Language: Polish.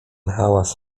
hałas